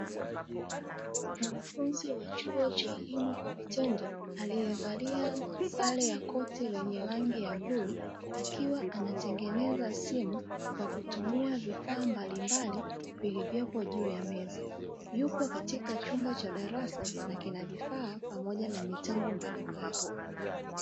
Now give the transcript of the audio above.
Mwanafunzi wa chuo cha elimu kwa vitendo aliyevalia sare ya koti lenye rangi ya buluu, akiwa anatengeneza simu kwa kutumia vifaa mbalimbali vilivyopo juu ya meza. Yupo katika chumba cha darasa na kina vifaa pamoja na mitambo mbalimbali.